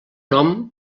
nom